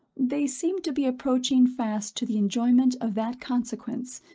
they seem to be approaching fast to the enjoyment of that consequence,